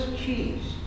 cheese